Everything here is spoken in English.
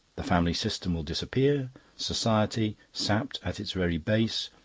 the family system will disappear society, sapped at its very base,